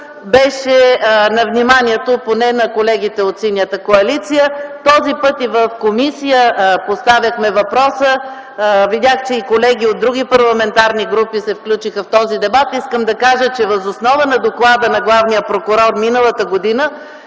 беше на вниманието, поне на колегите от Синята коалиция. Този път и в комисия поставихме въпроса, видях, че и колеги от други парламентарни групи се включиха в този дебат. Искам да кажа, че въз основа на Доклада на главния прокурор миналата година,